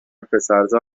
پسرزا